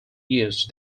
used